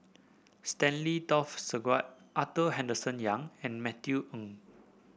Stanley Toft Stewart Arthur Henderson Young and Matthew Ngui